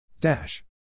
Dash